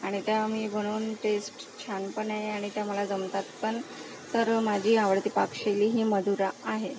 आणि त्या मी बनवून टेस छानपणे आणि त्या मला जमतात पण तर माझी आवडती पाकशैली ही मदुरा आहे